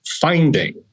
finding